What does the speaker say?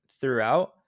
throughout